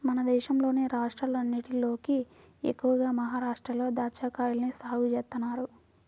మన దేశంలోని రాష్ట్రాలన్నటిలోకి ఎక్కువగా మహరాష్ట్రలో దాచ్చాకాయల్ని సాగు చేత్తన్నారు